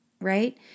right